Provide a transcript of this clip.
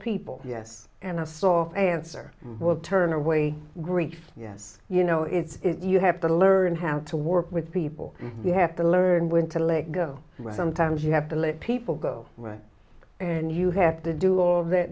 people yes and a soft answer will turn away greeks yes you know it's you have to learn how to work with people you have to learn when to let go right sometimes you have to let people go and you have to do all that